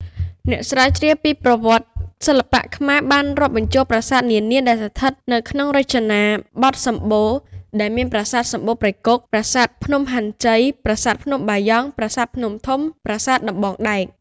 អ្នកស្រាវជ្រាវពីប្រវត្តិ សិល្បៈខ្មែរបានរាប់បញ្ចូលប្រាសាទនានាដែលស្ថិតនៅក្នុងរចនាបថសម្បូណ៌ ដែលមានប្រាសាទសម្បូណ៌ព្រៃគុហ៍ ប្រាសាទភ្នំហាន់ជ័យ ប្រាសាទភ្នំបាយ៉ង់ ប្រាសាទភ្នំធំ ប្រាសាទដំបងដែក ។